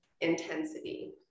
intensity